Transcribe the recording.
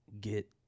get